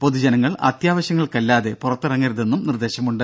പൊതുജനങ്ങൾ അത്യാവശ്യങ്ങൾക്കല്ലാതെ പുറത്തിറങ്ങരുതെന്നും നിർദേശമുണ്ട്